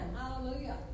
Hallelujah